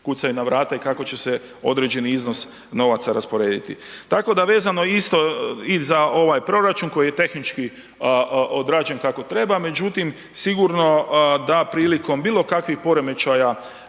kucaju na vrata i kako će se određeni iznos novaca rasporediti. Tako da vezano isto i za ovaj proračun koji je tehnički odrađen kako treba, međutim sigurno da prilikom bilo kakvih poremećaja